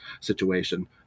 situation